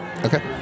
Okay